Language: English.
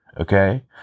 Okay